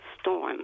storm